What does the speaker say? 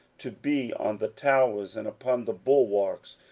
to be on the towers and upon the bulwarks,